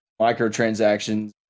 microtransactions